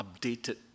updated